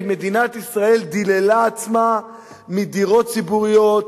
ומדינת ישראל דיללה עצמה מדירות ציבוריות,